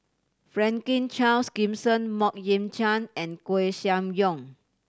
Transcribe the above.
Franklin Charles Gimson Mok Ying Jang and Koeh Sia Yong